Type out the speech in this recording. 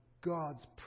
God's